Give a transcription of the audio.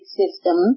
system